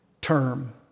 term